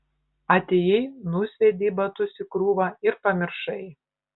atėjai nusviedei batus į krūvą ir pamiršai